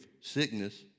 sickness